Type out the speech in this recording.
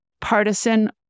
partisan